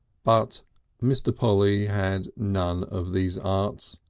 but mr. polly had none of these arts,